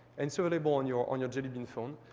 and so labeled on your on your jelly bean phone.